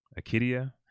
Akidia